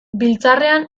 biltzarrean